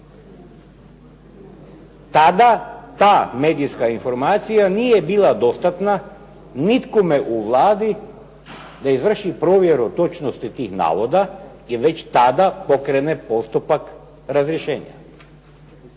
Tada ta medijska informacija nije bila dostatna nikome u Vladi da izvrši provjeru točnosti tih navoda i već tada pokrene postupak razrješenja.